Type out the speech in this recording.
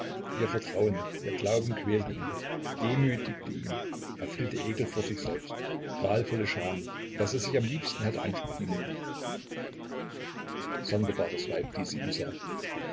ihr vertrauen ihr glauben quälte ihn demütigte ihn er fühlte ekel vor sich selbst qualvolle scham daß er sich am liebsten hätte anspucken mögen sonderbares weib